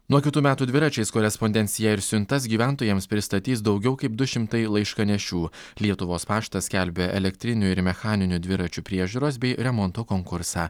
nuo kitų metų dviračiais korespondenciją ir siuntas gyventojams pristatys daugiau kaip du šimtai laiškanešių lietuvos paštas skelbia elektrinių ir mechaninių dviračių priežiūros bei remonto konkursą